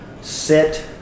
sit